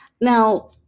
now